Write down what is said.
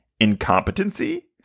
Incompetency